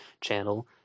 channel